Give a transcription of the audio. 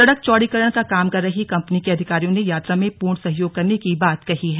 सड़क चौड़ीकरण का काम कर रही कंपनी के अधिकारियों ने यात्रा में पूर्ण सहयोग करने की बात कही है